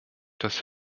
dass